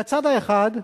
מהצד האחד,